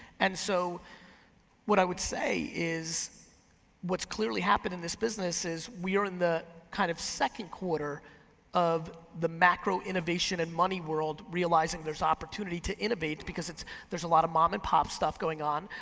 and so what i would say is what's clearly happened in this business is we are in the kind of second quarter of the macro innovation and money world realizing there's opportunity to innovate, because there's a lot of mom and pops stuff going on,